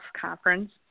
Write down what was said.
Conference